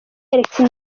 alexis